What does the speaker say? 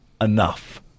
enough